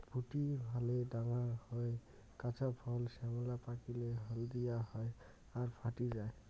ফুটি ভালে ডাঙর হয়, কাঁচা ফল শ্যামলা, পাকিলে হলদিয়া হয় আর ফাটি যায়